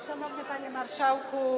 Szanowny Panie Marszałku!